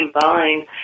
combine